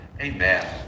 Amen